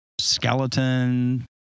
skeleton